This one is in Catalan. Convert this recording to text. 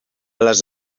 les